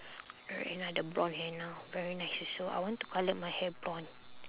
red henna the brown henna very nice also I want to colour my hair blonde